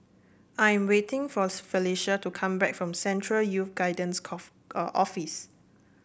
I am waiting for Felecia to come back from Central Youth Guidance cough uh Office